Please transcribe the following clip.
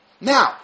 Now